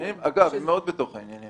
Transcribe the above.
אגב, הם מאוד בתוך העניינים.